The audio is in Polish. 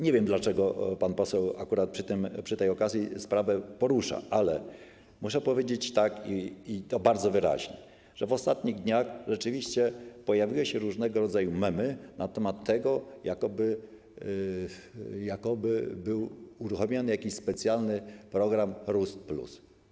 Nie wiem, dlaczego pan poseł akurat przy tej okazji to porusza, ale muszę powiedzieć - i to bardzo wyraźnie - że w ostatnich dniach rzeczywiście pojawiły się różnego rodzaju memy na temat tego, jakoby był uruchomiany jakiś specjalny program chrust+.